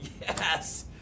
Yes